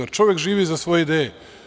Jer, čovek živi za svoje ideje.